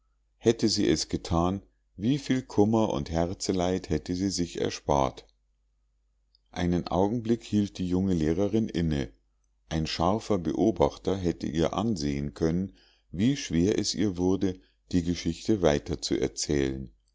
hätte sie es gethan wie viel kummer und herzeleid hätte sie sich erspart einen augenblick hielt die junge lehrerin inne ein scharfer beobachter hätte ihr ansehen können wie schwer es ihr wurde die geschichte weiter zu erzählen